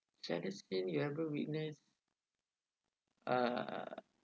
saddest scene you ever witnessed ah